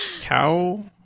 cow